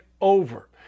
over